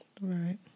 Right